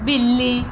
ਬਿੱਲੀ